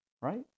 right